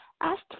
ask